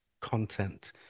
content